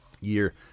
year